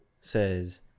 says